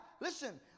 Listen